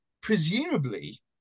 presumably